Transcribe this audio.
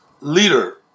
leader